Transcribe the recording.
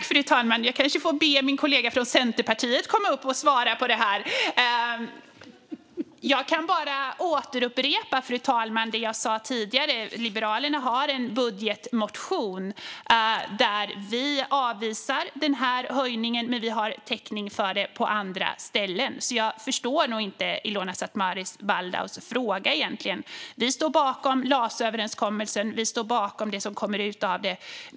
Fru talman! Jag kan bara upprepa det som jag sa tidigare. Liberalerna har en budgetmotion där vi avvisar denna höjning, men vi har täckning för detta på andra ställen. Jag förstår därför inte Ilona Szatmari Waldaus fråga. Vi står bakom LAS-överenskommelsen, och vi står bakom det som kommer ut av den.